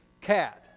cat